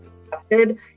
accepted